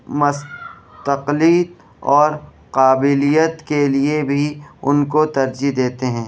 مستقل اور قابلیت کے لیے بھی ان کو ترجیح دیتے ہیں